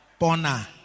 Pona